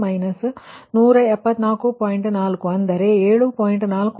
4 ಅಂದರೆ 7